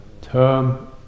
term